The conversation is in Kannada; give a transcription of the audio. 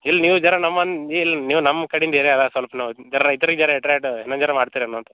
ಇಲ್ಲ ನೀವು ಝರ ನಮ್ಮನ್ನು ಇಲ್ಲಿ ನೀವು ನಮ್ಮ ಕಡಿಂದ ಏರ್ಯಾ ಅದೆ ಸ್ವಲ್ಪ ನಾವು ಝರ ಇತರಿಗರ ಎಟ್ರಾಟ್ ಇನ್ನೊಂದು ಝರ ಮಾಡ್ತಿರಾ ಏನೋ ಅಂತ